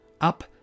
up